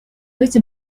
этим